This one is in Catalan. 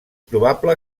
probable